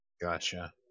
Gotcha